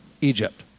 Egypt